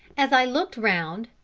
as i looked round,